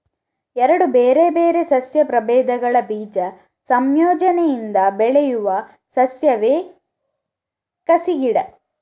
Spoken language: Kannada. ಎರಡು ಬೇರೆ ಬೇರೆ ಸಸ್ಯ ಪ್ರಭೇದಗಳ ಬೀಜ ಸಂಯೋಜನೆಯಿಂದ ಬೆಳೆಯುವ ಸಸ್ಯವೇ ಕಸಿ ಗಿಡ